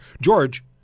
George